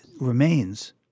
remains